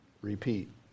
Repeat